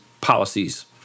policies